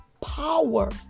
power